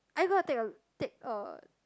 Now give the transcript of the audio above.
are you gonna take a take a